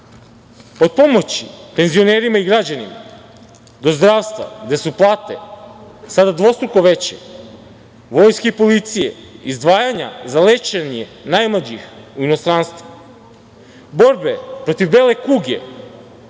Od pomoći penzionerima i građanima do zdravstva, gde su plate sada dvostruko veće, vojske i policije, izdvajanja za lečenje najmlađih u inostranstvu, borbe protiv bele kuge,